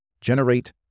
Generate